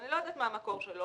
אני לא יודעת מה המקור שלו.